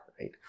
right